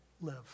live